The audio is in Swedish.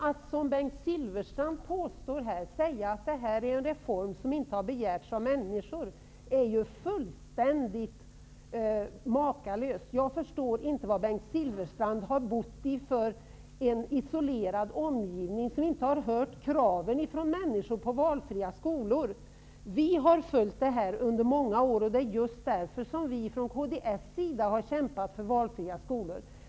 Att som Bengt Silfverstrand påstå att reformen inte har begärts av människor är fullständigt makalöst. Jag förstår inte på vilken isolerad plats Bengt Silfverstrand har bott, när han inte har hört människornas krav på valfria skolor. Vi har följt den här frågan under många år. Därför har kds kämpat för valfria skolor.